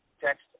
text